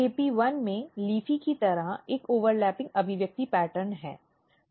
AP1 में LEAFY की तरह एक ओवरलैपिंग अभिव्यक्ति पैटर्न है